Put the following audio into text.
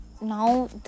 now